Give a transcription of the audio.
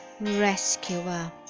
rescuer